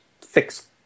fix